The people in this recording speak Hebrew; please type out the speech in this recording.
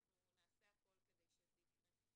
אנחנו נעשה הכול כדי שזה יקרה.